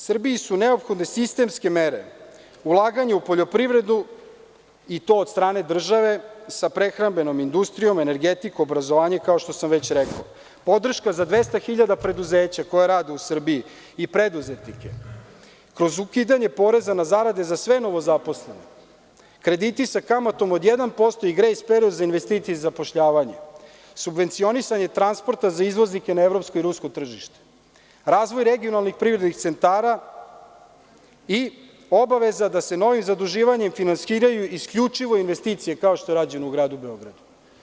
Srbiji su neophodne sistemske mere: ulaganje u poljoprivredu, i to od strane države, sa prehrambenom industrijom, energetikom, obrazovanje, kao što sam već rekao, podrška za 200.000 preduzeća koja rade u Srbiji i preduzetnike, kroz ukidanje poreza na zarade za sve novozaposlene, krediti sa kamatom od 1% i grejs period za investicije i zapošljavanje, subvencionisanje transporta za izvoznike na evropsko i rusko tržište, razvoj regionalnih privrednih centara i obaveza da se novim zaduživanjem finansiraju isključivo investicije, kao što je rađeno u gradu Beogradu.